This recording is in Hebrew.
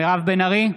מירב בן ארי,